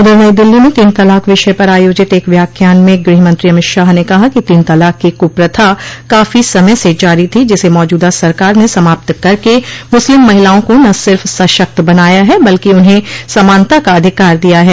उधर नई दिल्ली में तीन तलाक विषय पर आयोजित एक व्याख्यान में गृहमंत्री अमित शाह ने कहा कि तीन तलाक की कुप्रथा काफी समय से जारी थी जिसे मौजूदा सरकार ने समाप्त करके मुस्लिम महिलाओं को न सिर्फ सशक्त बनाया है बल्कि उन्हें समानता का अधिकार दिया है